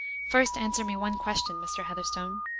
first answer me one question, mr. heatherstone.